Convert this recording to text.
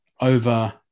over